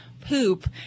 poop